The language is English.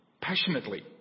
passionately